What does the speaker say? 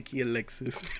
Alexis